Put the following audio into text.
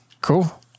Cool